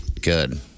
Good